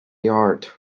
yard